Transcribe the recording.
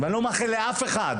אני לא מאחל לאף אחד